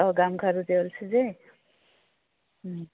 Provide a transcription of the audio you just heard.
অঁ গামখাৰু আৰু